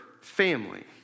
family